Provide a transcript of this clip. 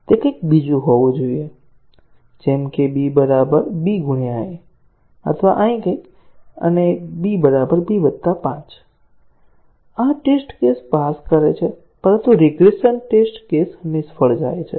તે કંઈક બીજું હોવું જોઈએ જેમ કે b b a અથવા અહીં કંઈક અને b b 5 આ ટેસ્ટ કેસ પાસ કરે છે પરંતુ રીગ્રેસન ટેસ્ટ કેસ નિષ્ફળ જાય છે